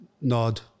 nod